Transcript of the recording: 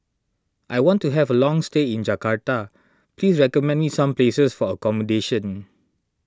I want to have a long stay in Jakarta please recommend me some places for accommodation